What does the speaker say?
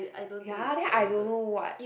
ya then I don't know what